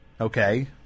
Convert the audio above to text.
Okay